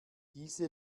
diese